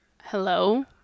hello